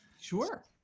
Sure